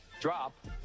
drop